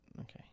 okay